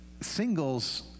singles